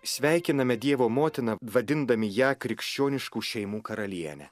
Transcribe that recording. sveikiname dievo motiną vadindami ją krikščioniškų šeimų karaliene